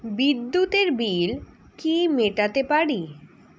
বিদ্যুতের বিল কি মেটাতে পারি?